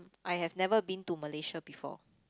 I have never been to Malaysia before